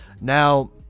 now